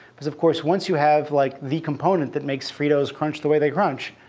because of course, once you have like the component that makes fritos crunch the way they crunch,